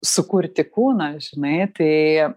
sukurti kūną žinai tai